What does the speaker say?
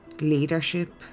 leadership